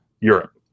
Europe